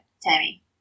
Tammy